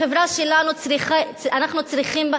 החברה שלנו צריכה, אנחנו צריכים,